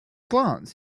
glance